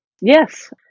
Yes